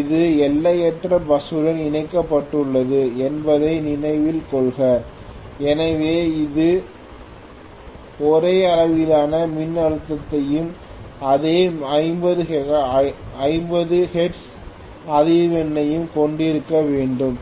இது எல்லையற்ற பஸ் ஸுடன் இணைக்கப்பட்டுள்ளது என்பதை நினைவில் கொள்க எனவே அது ஒரே அளவிலான மின்னழுத்தத்தையும் அதே 50 ஹெர்ட்ஸ் அதிர்வெண்ணையும் கொண்டிருக்க வேண்டும்